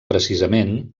precisament